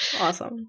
Awesome